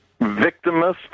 victimist